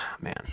man